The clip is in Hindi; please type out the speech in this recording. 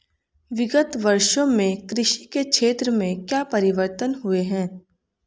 विगत वर्षों में कृषि के क्षेत्र में क्या परिवर्तन हुए हैं?